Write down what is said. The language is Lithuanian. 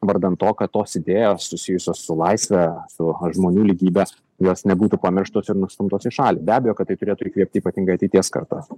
vardan to kad tos idėjos susijusios su laisve su žmonių lygybe jos nebūtų pamirštos ir nustumtos į šalį be abejo kad tai turėtų įkvėpti ypatingai ateities kartas